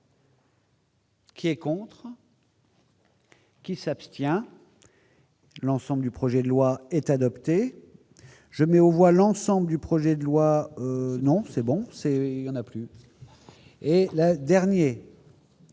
Qui est contre. Qui s'abstient l'ensemble du projet de loi est adopté, je mets au voient l'ensemble du projet de loi non c'est bon, c'est : on a pris et là, dernier